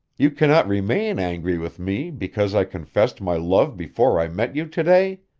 you cannot remain angry with me because i confessed my love before i met you to-day?